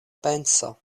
penso